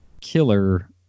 killer